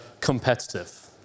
competitive